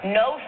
no